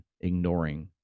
ignoring